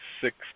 six